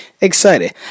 excited